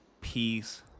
peace